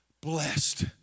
blessed